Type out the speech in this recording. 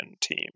team